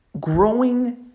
growing